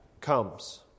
comes